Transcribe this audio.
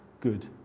good